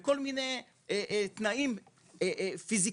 וכל מיני תנאים פיזיים,